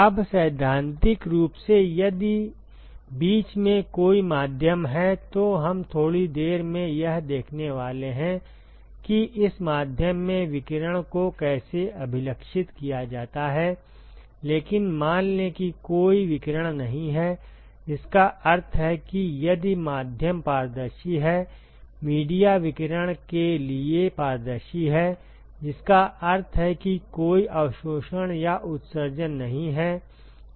अब सैद्धान्तिक रूप से यदि बीच में कोई माध्यम है तो हम थोड़ी देर में यह देखने वाले हैं कि इस माध्यम में विकिरण को कैसे अभिलक्षित किया जाता है लेकिन मान लें कि कोई विकिरण नहीं है जिसका अर्थ है कि यदि माध्यम पारदर्शी है मीडिया विकिरण के लिए पारदर्शी है जिसका अर्थ है कि कोई अवशोषण या उत्सर्जन नहीं है